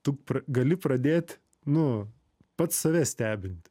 tu gali pradėt nu pats save stebint